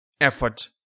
effort